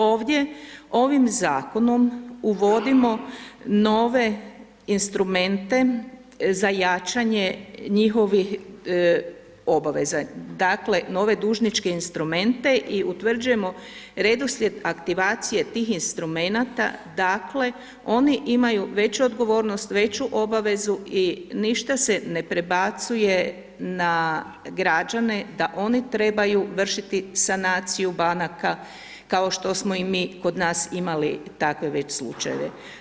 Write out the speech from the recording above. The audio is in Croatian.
Ovdje, ovim zakonom uvodimo nove instrumente za jačanje njihovih obaveza, dakle, nove dužničke instrumente i utvrđujemo redoslijed aktivacije tih instrumenata, dakle, oni imaju veću odgovornost, veću obavezu i ništa se ne prebacuje na građane da oni trebaju vršiti sanaciju banaka kao što smo i mi kod nas imali takve već slučajeve.